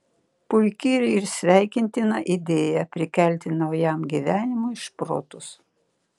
puiki ir sveikintina idėja prikelti naujam gyvenimui šprotus